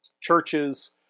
churches